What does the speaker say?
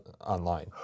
online